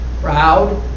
proud